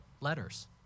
letters